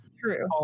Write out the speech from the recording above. True